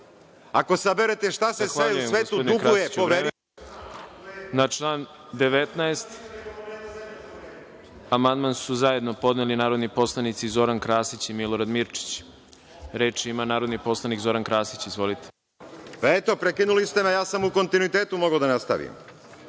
Ako saberete šta se sve u svetu duguje… **Đorđe Milićević** Na član 19. amandman su zajedno podneli narodni poslanici Zoran Krasić i Milorad Mirčić. Reč ima narodni poslanik Zoran Krasić. **Zoran Krasić** Prekinuli ste me, a ja sam u kontinuitetu mogao da nastavim. Ovim